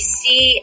see